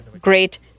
great